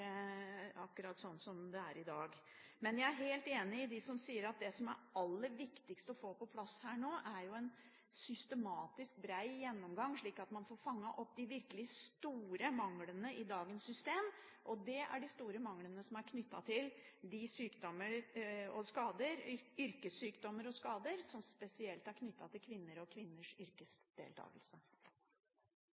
akkurat slik som det er i dag. Jeg er helt enig med dem som sier at det aller viktigste å få på plass nå, er en systematisk, bred gjennomgang, slik at man får fanget opp de virkelig store manglene i dagens system. Det er de store manglene som er knyttet til de yrkessykdommer og -skader som spesielt er knyttet til kvinner og kvinners yrkesdeltakelse.